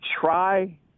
try